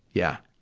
yeah.